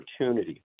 opportunity